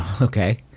okay